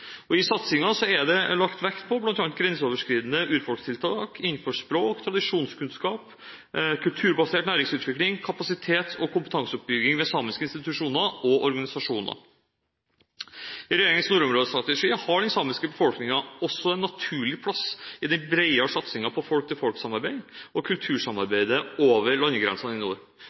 I satsingen er det lagt vekt på bl.a. grenseoverskridende urfolkstiltak innenfor språk, tradisjonskunnskap, kulturbasert næringsutvikling, kapasitet og kompetanseoppbygging ved samiske institusjoner og organisasjoner. I regjeringens nordområdestrategi har den samiske befolkningen også en naturlig plass i den brede satsingen på folk-til-folk-samarbeid og kultursamarbeidet over landegrensene i nord.